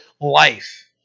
life